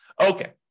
Okay